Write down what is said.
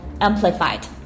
amplified